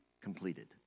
completed